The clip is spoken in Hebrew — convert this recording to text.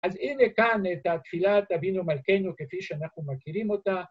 אז הנה כאן את תפילת אבינו מלכנו כפי שאנחנו מכירים אותה.